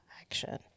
action